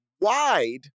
wide